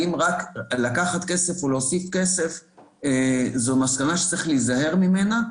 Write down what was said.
אבל גם המסקנה האם לקחת כסף או להוסיף כסף זו מסקנה שצריך להיזהר ממנה.